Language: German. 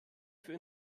für